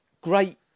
great